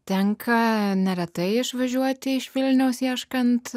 tenka neretai išvažiuoti iš vilniaus ieškant